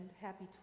happy